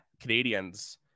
canadians